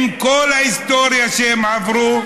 עם כל ההיסטוריה שהם עברו,